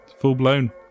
full-blown